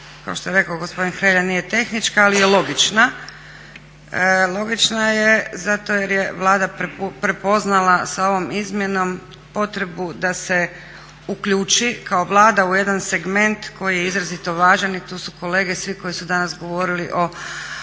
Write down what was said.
kao što je rekao gospodin Hrelja nije tehnička ali je logična. Logična je zato jer je Vlada prepoznala sa ovom izmjenom potrebu da se uključi kao Vlada u jedan segment koji je izrazito važan i tu su kolege svi koji su danas govorili o